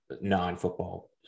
non-football